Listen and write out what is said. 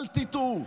אל תטעו.